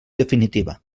definitiva